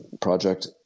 project